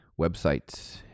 websites